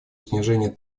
снижения